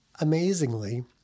Amazingly